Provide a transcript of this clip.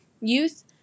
youth